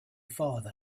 father